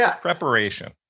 preparation